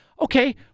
okay